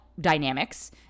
dynamics